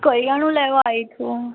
કરિયાણું લેવા આવી છું હું